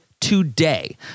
today